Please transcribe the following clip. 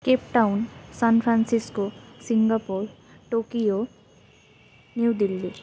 Cape Town San Francisco Singapore Tokyo New Delhi